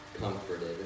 comforted